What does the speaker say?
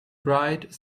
bride